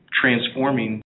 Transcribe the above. transforming